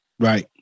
Right